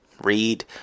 read